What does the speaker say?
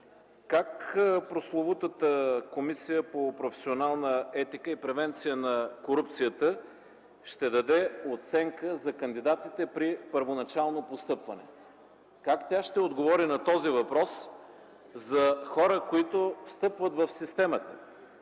как прословутата Комисия „Професионална етика и превенция на корупцията” ще даде оценка за кандидатите при първоначално постъпване? Как тя ще отговори на този въпрос за хора, които встъпват в системата